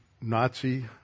nazi